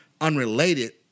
unrelated